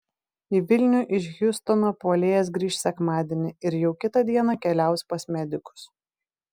į vilnių iš hjustono puolėjas grįš sekmadienį ir jau kitą dieną keliaus pas medikus